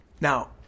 Now